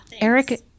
Eric